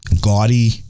gaudy